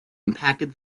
impacted